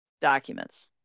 documents